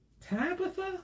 Tabitha